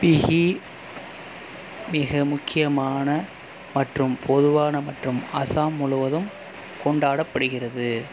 பிஹு மிக முக்கியமான மற்றும் பொதுவான மற்றும் அசாம் முழுவதும் கொண்டாடப்படுகிறது